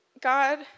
God